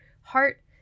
heart